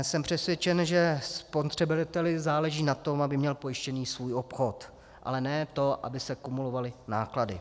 Jsem přesvědčen, že spotřebiteli záleží na tom, aby měl pojištěný svůj obchod, ale ne to, aby se kumulovaly náklady.